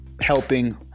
helping